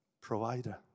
Provider